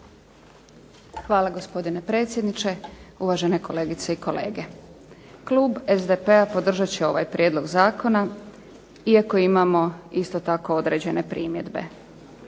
Hvala, gospodine predsjedniče. Uvažene kolegice i kolege. Klub SDP-a podržat će ovaj prijedlog zakona iako imamo isto tako određene primjedbe.